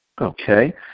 Okay